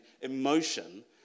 emotion